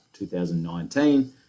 2019